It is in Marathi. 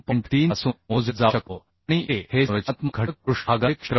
3 पासून मोजला जाऊ शकतो आणि A हे संरचनात्मक घटक पृष्ठभागाचे क्षेत्रफळ आहे